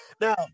Now